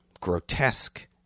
grotesque